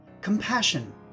Compassion